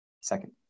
second